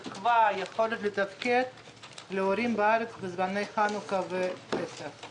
תקווה ויכולת לתפקד בזמני חנוכה ופסח.